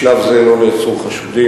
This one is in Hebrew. בשלב זה לא נעצרו חשודים,